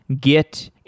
Git